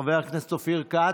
חבר הכנסת אופיר כץ,